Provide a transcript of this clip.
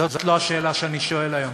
זאת לא השאלה שאני שואל היום.